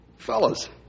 Fellas